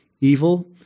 evil